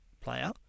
player